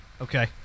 Okay